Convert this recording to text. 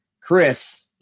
Chris